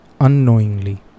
unknowingly